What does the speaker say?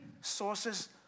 sources